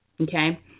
Okay